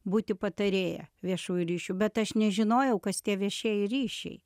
būti patarėja viešųjų ryšių bet aš nežinojau kas tie viešieji ryšiai